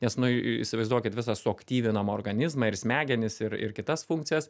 nes nu įsivaizduokit visą suaktyvinam organizmą ir smegenis ir ir kitas funkcijas